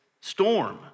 storm